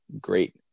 great